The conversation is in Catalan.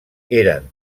eren